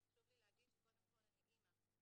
חשוב לי להגיד שקודם כל אני אמא,